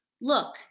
Look